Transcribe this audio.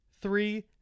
three